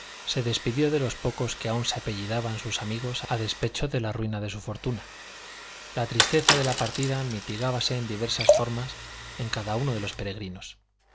se despidió de los pocos que aún se apellidaban sus amigos a despecho de la ruina de su fortuna la tristeza de la partida mitigábase en diversas formas en cada uno de los peregrinos